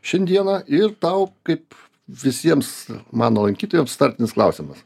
šiandieną ir tau kaip visiems mano lankytojams startinis klausimas